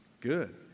Good